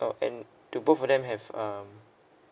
oh and do both of them have um